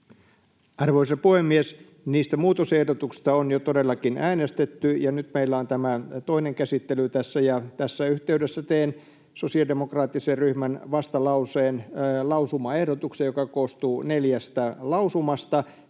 Arvoisa puhemies! Niistä muutosehdotuksista on jo todellakin äänestetty, ja nyt meillä on tämä toinen käsittely tässä. Tässä yhteydessä teen sosiaalidemokraattisen ryhmän vastalauseen lausumaehdotuksen, joka koostuu neljästä lausumasta.